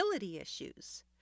issues